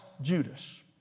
Judas